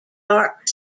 dark